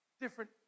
different